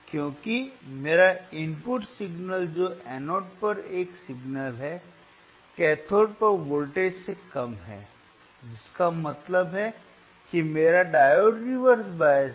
क्योंकि मेरा input signal जो एनोड पर एक सिग्नल है कैथोड पर वोल्टेज से कम है जिसका मतलब है कि मेरा डायोड रिवर्स बायस्ड है